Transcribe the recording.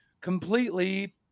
completely